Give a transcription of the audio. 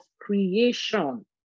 creation